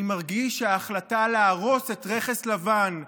אני מרגיש שההחלטה להרוס את רכס לבן,